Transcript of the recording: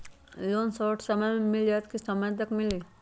Loan short समय मे मिल जाएत कि लोन समय तक मिली?